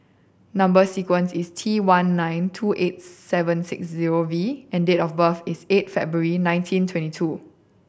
number sequence is T one nine two eight seven six zero V and date of birth is eight February nineteen twenty two